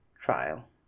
trial